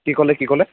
কি ক'লে কি ক'লে